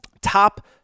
top